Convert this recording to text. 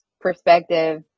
perspective